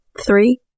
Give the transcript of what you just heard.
three